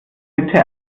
bitte